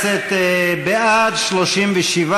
זה חוסך.